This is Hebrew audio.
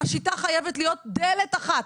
השיטה חייבת להיות דלת אחת,